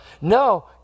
No